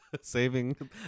Saving